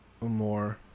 more